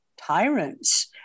tyrants